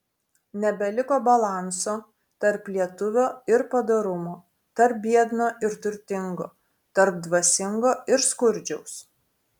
nebeliko balanso tarp lietuvio ir padorumo tarp biedno ir turtingo tarp dvasingo ir skurdžiaus